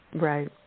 Right